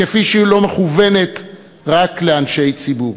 כפי שהיא לא מכוונת רק לאנשי ציבור,